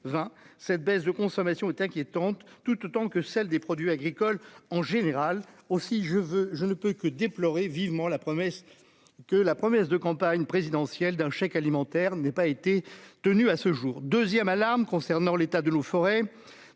cette baisse de consommation est inquiétante, tout autant que celle des produits agricoles en général aussi, je veux, je ne peux que déplorer vivement la promesse que la promesse de campagne présidentielle d'un chèque alimentaire n'ait pas été tenues à ce jour 2ème alarme concernant l'état de nos forêts